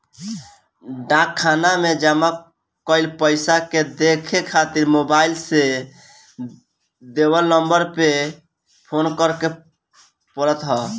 डाक खाना में जमा कईल पईसा के देखे खातिर मोबाईल से देवल नंबर पे फोन करे के पड़त ह